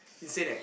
insane eh